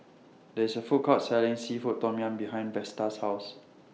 There IS A Food Court Selling Seafood Tom Yum behind Vesta's House